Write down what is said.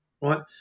right